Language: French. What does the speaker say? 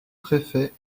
préfet